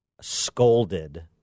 scolded